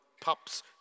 pups